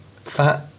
Fat